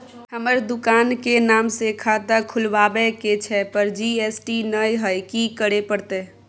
हमर दुकान के नाम से खाता खुलवाबै के छै पर जी.एस.टी नय हय कि करे परतै?